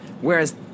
whereas